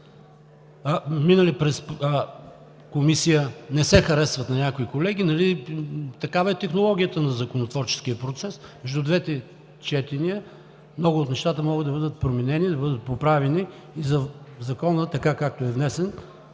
минали през комисия и не се харесват на някои колеги, но такава е технологията на законотворческия процес – между двете четения много от нещата могат да бъдат променени, да бъдат поправени и Законът, така както е внесен